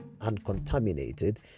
uncontaminated